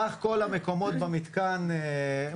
סך כל המקומות במתקן הם